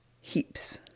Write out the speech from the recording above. heaps